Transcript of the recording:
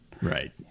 Right